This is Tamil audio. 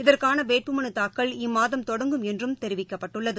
இதற்கானவேட்புமனுதாக்கல் இம்மாதம் தொடங்கும் என்றும் தெரிவிக்கப்பட்டுள்ளது